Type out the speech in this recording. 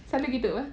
selalu gitu ah